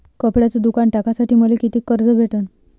कपड्याचं दुकान टाकासाठी मले कितीक कर्ज भेटन?